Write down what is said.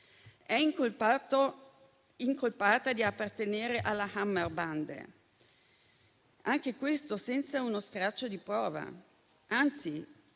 È incolpata di appartenere alla *Hammerbande*, anche questo senza uno straccio di prova.